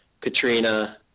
Katrina